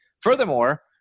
Furthermore